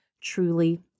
truly